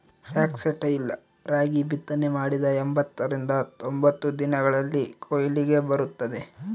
foxtail ರಾಗಿ ಬಿತ್ತನೆ ಮಾಡಿದ ಎಂಬತ್ತರಿಂದ ತೊಂಬತ್ತು ದಿನಗಳಲ್ಲಿ ಕೊಯ್ಲಿಗೆ ಬರುತ್ತದೆ